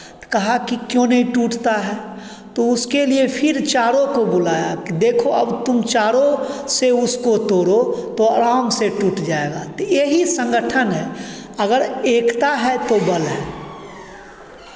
तो कहा कि क्यों नहीं टूटता है तो उसके लिए फिर चारों को बुलाया कि देखो अब तुम चारों से उसको तोड़ो तो आराम से टूट जाएगा तो यही संगठन हैं अगर एकता है तो बल है